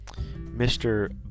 Mr